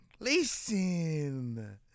Listen